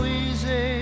easy